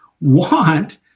want